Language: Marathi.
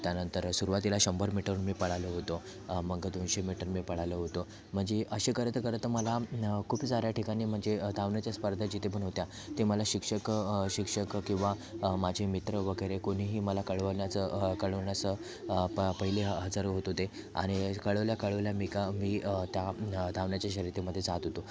त्यानंतर सुरवातीला शंभर मीटर मी पळालो होतो मग दोनशे मीटर मी पळालो होतो म्हणजे असे करत करत मला खूप साऱ्या ठिकाणी म्हणजे धावण्याच्या स्पर्धा जिथे पण होत्या ते मला शिक्षक शिक्षक किंवा माझे मित्र वगैरे कोणीही मला कळवण्याचं कळवण्याचं प पहिले हजर होत होते आणि कळवल्या कळवल्या मी का मी त्या धावण्याच्या शर्यतीमध्ये जात होतो